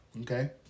Okay